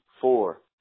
four